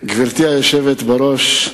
גברתי היושבת בראש,